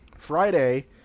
Friday